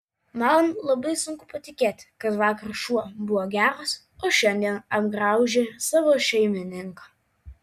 man labai sunku patikėti kad vakar šuo buvo geras o šiandien apgraužė savo šeimininką